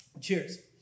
Cheers